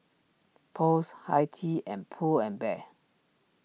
Post Hi Tea and Pull and Bear